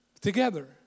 together